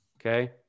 Okay